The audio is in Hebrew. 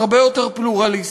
הרבה יותר פלורליסטי.